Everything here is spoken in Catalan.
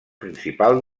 principal